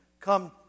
come